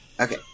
Okay